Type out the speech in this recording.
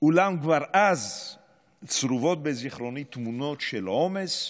אולם כבר אז צרובות בזיכרוני תמונות של עומס,